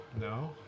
No